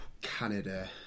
Canada